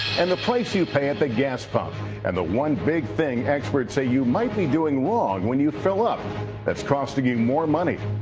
and the price you pay at the gas pump and the one big thing experts say you might be doing wrong when you fill up that's costing you more money.